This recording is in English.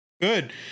Good